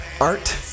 Art